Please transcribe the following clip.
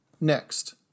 Next